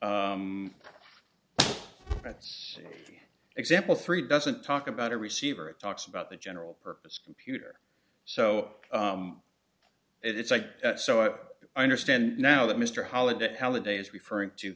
that's the example three doesn't talk about a receiver it talks about the general purpose computer so it's like that so i understand now that mr holiday halliday is referring to